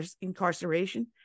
incarceration